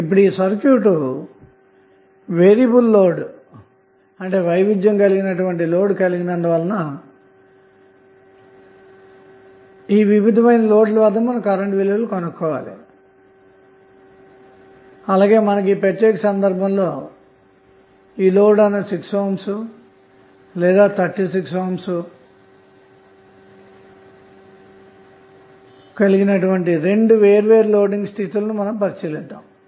ఇక్కడ ఈ circuit variable load కలిగినందువల్ల వివిధ లోడ్ ల వద్ద కరెంటు విలువలు కనుగొనాలి అలాగే ఈ ప్రత్యేక సందర్భంలో 6 ohm మరియు 36 ohm విలువ కలిగిన రెండు వేర్వేరు లోడింగ్ స్థితులను పరిశీలిద్దాము